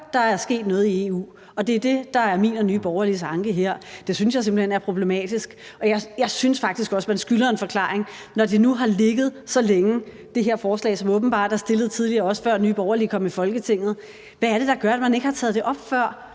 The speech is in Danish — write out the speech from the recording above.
der er sket noget i EU. Det er det, der er min og Nye Borgerliges anke her. Det synes jeg simpelt hen er problematisk. Og jeg synes faktisk også, man skylder en forklaring, når det nu har ligget så længe – det her forslag, som åbenbart er fremsat tidligere, også før Nye Borgerlige kom i Folketinget. Hvad er det, der gør, at man ikke har taget det op før?